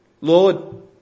Lord